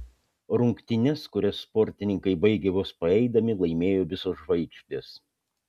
rungtynes kurias sportininkai baigė vos paeidami laimėjo visos žvaigždės